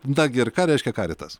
nagi ir ką reiškia caritas